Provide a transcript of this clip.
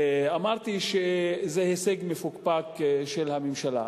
אמרתי שזה הישג מפוקפק של הממשלה,